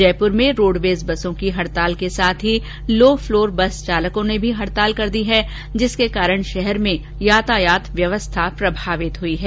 जयपुर में रोडवेज बसों की हडताल के साथ ही लो फ़्लोर बस चालकों ने भी हडताल कर दी है जिसके कारण शहर में यातायात व्यवस्था प्रभावित हुई है